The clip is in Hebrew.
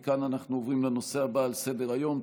אנחנו עוברים לנושא הבא על סדר-היום,